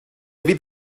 fydd